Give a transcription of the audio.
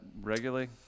regularly